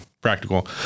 practical